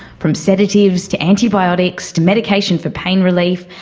from sedatives to antibiotics to medication for pain relief,